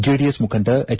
JDS ಮುಖಂಡ H